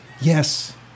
Yes